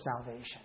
salvation